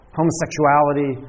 homosexuality